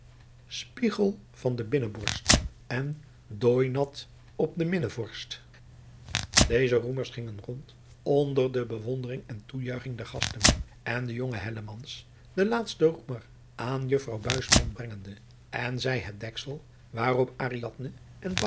van de binneborst en dooinat op de minnevorst deze roemers gingen rond onder de bewondering en toejuiching der gasten en de jonge hellemans den laatsten roemer aan juffrouw buisman brengende en zij het deksel waarop